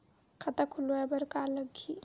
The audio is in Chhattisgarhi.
खाता खुलवाय बर का का लगही?